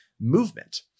movement